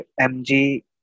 MG